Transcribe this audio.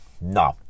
no